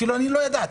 אפילו אני לא ידעתי.